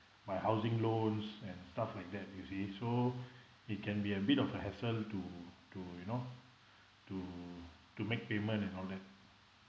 my housing loans and stuff like that you see so it can a bit of a hassle to to you know to to make payment and all that